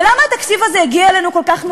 ולמה התקציב הזה הגיע אלינו כל כך מאוחר,